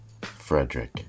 Frederick